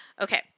Okay